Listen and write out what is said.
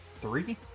three